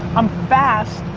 i'm faster